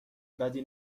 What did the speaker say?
بدی